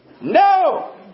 No